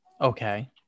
Okay